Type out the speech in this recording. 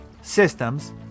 systems